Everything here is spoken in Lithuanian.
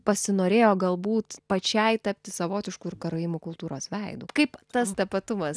pasinorėjo galbūt pačiai tapti savotišku ir karaimų kultūros veidu kaip tas tapatumas